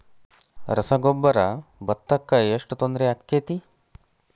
ರಸಗೊಬ್ಬರ, ಭತ್ತಕ್ಕ ಎಷ್ಟ ತೊಂದರೆ ಆಕ್ಕೆತಿ?